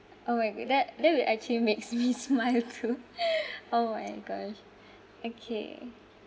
oh my go~ that that will actually makes me smile too oh my gosh okay